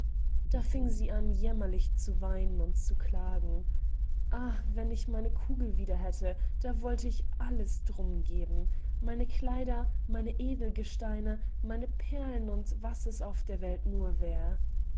da fing sie an jämmerlich zu weinen und zu klagen ach wenn ich meine kugel wieder hätte da wollt ich alles darum geben meine kleider meine edelgesteine meine perlen und was es auf der welt nur wär